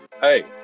Hey